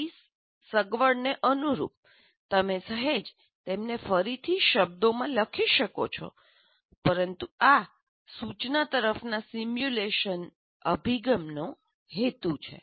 તમારી સગવડને અનુરૂપ તમે સહેજ તેમને ફરીથી શબ્દમાં લખી શકો છો પરંતુ આ સૂચના તરફના સિમ્યુલેશન અભિગમનો હેતુ છે